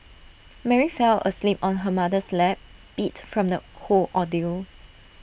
Mary fell asleep on her mother's lap beat from the whole ordeal